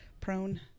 prone